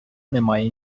немає